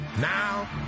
Now